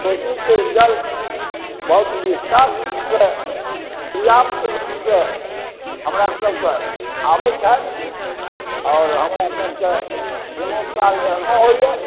कोशी के जल बहुत विस्तार रूप सऽ पर्याप्त रूप सऽ हमरा सबके आबै छथि आर हमरा सबके कुनू साल एहनो होइया